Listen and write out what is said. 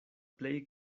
plej